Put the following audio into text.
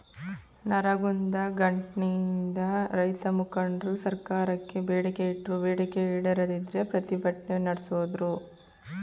ನರಗುಂದ ಘಟ್ನೆಯಿಂದ ರೈತಮುಖಂಡ್ರು ಸರ್ಕಾರಕ್ಕೆ ಬೇಡಿಕೆ ಇಟ್ರು ಬೇಡಿಕೆ ಈಡೇರದಿಂದ ಪ್ರತಿಭಟ್ನೆ ನಡ್ಸುದ್ರು